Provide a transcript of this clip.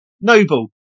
Noble